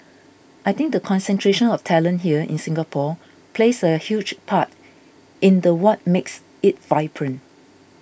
I think the concentration of talent here in Singapore plays a huge part in the what makes it vibrant